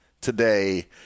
Today